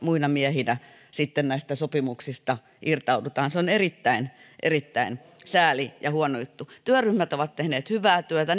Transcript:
muina miehinä näistä sopimuksista irtaudutaan se on erittäin erittäin sääli ja huono juttu työryhmät ovat tehneet hyvää työtä